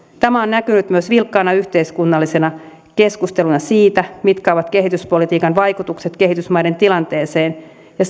tämä on näkynyt myös vilkkaana yhteiskunnallisena keskusteluna siitä mitkä ovat kehityspolitiikan vaikutukset kehitysmaiden tilanteeseen ja